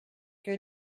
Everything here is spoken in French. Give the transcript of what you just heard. que